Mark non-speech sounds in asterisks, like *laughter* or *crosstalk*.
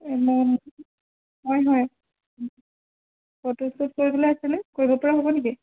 *unintelligible* হয় হয় ফটোশ্বুট কৰিবলৈ আছিলে কৰিব পৰা হ'ব নেকি